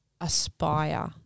aspire